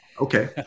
okay